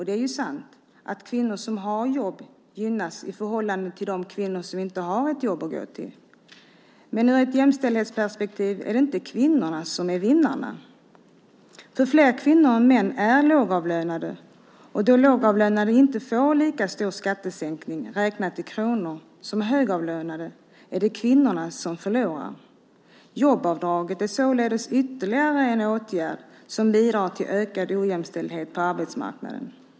Det är sant att kvinnor som har jobb gynnas i förhållande till de kvinnor som inte har ett jobb att gå till. Men ur ett jämställdhetsperspektiv är det inte kvinnorna som är vinnarna. Flera kvinnor än män är lågavlönade. Då lågavlönade inte får lika stor skattesänkning räknat i kronor som högavlönade är det kvinnorna som förlorar. Jobbavdraget är således ytterligare en åtgärd som bidrar till ökad ojämställdhet på arbetsmarknaden.